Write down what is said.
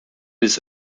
his